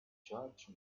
judge